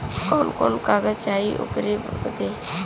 कवन कवन कागज चाही ओकर बदे?